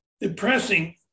depressing